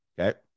Okay